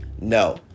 no